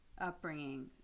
upbringing